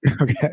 Okay